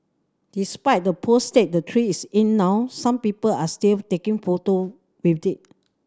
despite the poor state the tree is in now some people are still taking photo with it